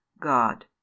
God